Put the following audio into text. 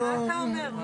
מה אתה אומר?